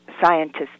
scientists